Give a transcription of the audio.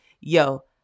yo